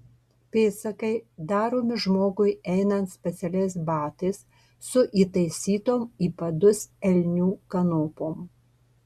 pėdsakai daromi žmogui einant specialiais batais su įtaisytom į padus elnių kanopom